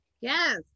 yes